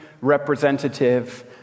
representative